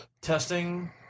testing